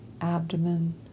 abdomen